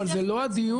אבל זה לא הדיון.